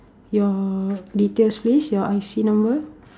your details please your I_C number